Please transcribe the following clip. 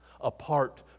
apart